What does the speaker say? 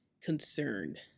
concerned